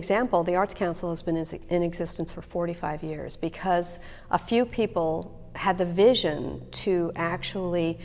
example the arts council has been is in existence for forty five years because a few people had the vision to actually